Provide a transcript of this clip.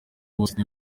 bose